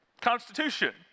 Constitution